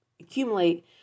accumulate